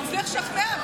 הוא מצליח לשכנע.